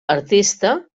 artista